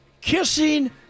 kissing